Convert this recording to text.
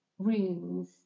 rooms